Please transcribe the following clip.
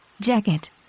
jacket